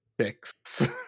six